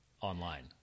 online